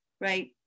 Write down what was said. right